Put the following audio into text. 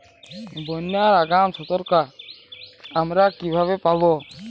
বন্যার আগাম সতর্কতা আমরা কিভাবে পাবো?